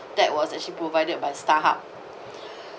that was actually provided by starhub